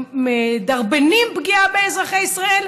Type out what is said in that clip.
מדרבנים פגיעה באזרחי ישראל,